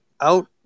out